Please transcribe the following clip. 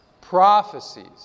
prophecies